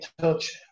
touch